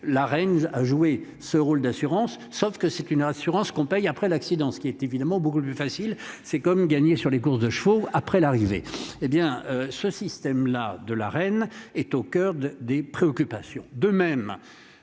La reine a joué ce rôle d'assurance sauf que c'est une assurance qu'on paye après l'accident, ce qui est évidemment beaucoup plus facile, c'est comme gagner sur les courses de chevaux. Après l'arrivée hé bien ce système là de la reine est au coeur de des préoccupations. De même,